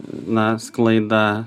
na sklaida